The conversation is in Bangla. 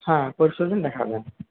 হ্যাঁ পরশু দিন দেখা হবে